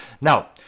Now